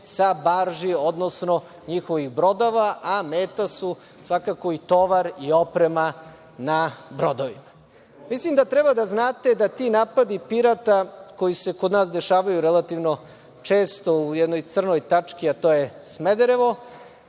sa barži, odnosno njihovih brodova, a meta su svakako i tovar i oprema na brodovima. Mislim da treba da znate da ti napadi pirata koji se kod nas dešavaju relativno često u jednoj crnoj tački, a to je Smederevo,